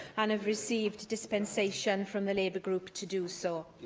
and have received dispensation from the labour group to do so?